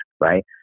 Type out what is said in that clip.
Right